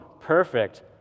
perfect